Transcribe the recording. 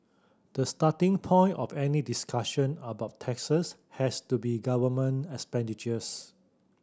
the starting point of any discussion about taxes has to be government expenditures